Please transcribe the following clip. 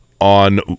on